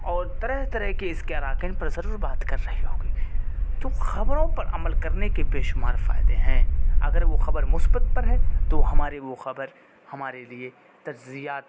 اور طرح طرح کے اس کے اراکن پر ضرور بات کر رہی ہوگی تو خبروں پر عمل کرنے کے بے شمار فائدے ہیں اگر وہ خبر مثبت پر ہے تو ہماری وہ خبر ہمارے لیے تجزیات